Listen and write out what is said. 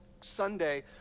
Sunday